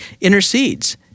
intercedes